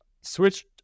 switched